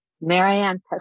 Marianne